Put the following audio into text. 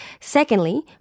Secondly